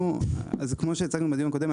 כמו שהצגנו בדיון הקודם,